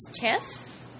Tiff